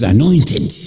anointed